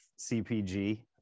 CPG